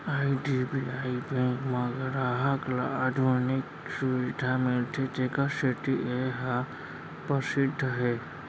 IDBI bank म गराहक ल आधुनिक सुबिधा मिलथे तेखर सेती ए ह परसिद्ध हे